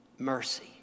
Mercy